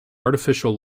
artificial